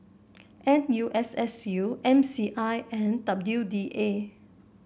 N U S S U M C I and W D A